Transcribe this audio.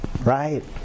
Right